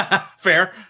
Fair